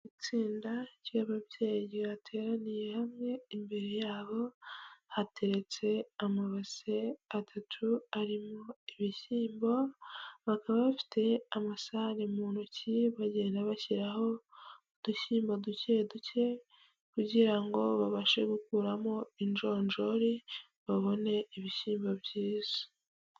Itsinda ry'ababyeyi rya bateraniye hamwe, imbere yabo hateretse amabase atatu arimo ibishyimbo, bakaba bafite amasahane mu ntoki, bagenda bashyiraho udushyimbo duke duke kugira ngo babashe gukuramo injonjori, babone ibishyimbo byiza.